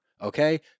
okay